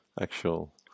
actual